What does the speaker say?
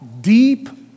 deep